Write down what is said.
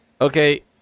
Okay